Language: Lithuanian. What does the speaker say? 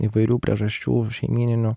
įvairių priežasčių šeimyninių